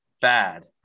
bad